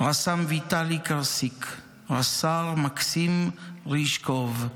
רס"מ ויטלי קרסיק, רס"ר מקסים ריז'קוב,